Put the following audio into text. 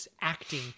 acting